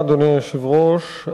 אדוני היושב-ראש,